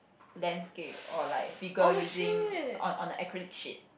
landscape or like figure using on on the acrylic sheet